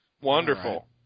Wonderful